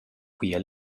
quia